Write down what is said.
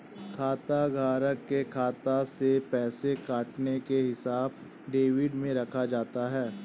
खाताधारक के खाता से पैसे कटने का हिसाब डेबिट में रखा जाता है